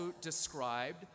described